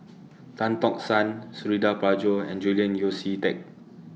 Tan Tock San Suradi Parjo and Julian Yeo See Teck